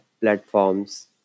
platforms